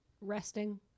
Resting